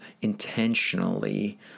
intentionally